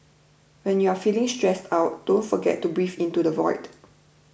when you are feeling stressed out don't forget to breathe into the void